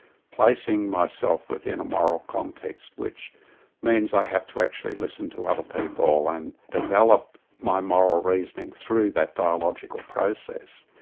placing myself within a moral context which means i have to actually listen to other people and develop my moral reasoning through that dialogical process,